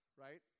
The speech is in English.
right